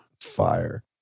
fire